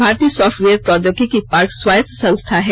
भारतीय सॉफ्टवेयर प्रौद्योगिकी पार्क स्वायत्त संस्था है